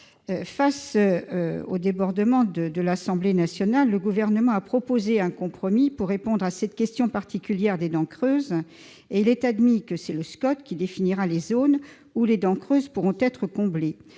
Face aux débordements de l'Assemblée nationale, le Gouvernement a proposé un compromis pour répondre à la question particulière des dents creuses. Le SCOT définira les zones où les dents creuses pourront être comblées.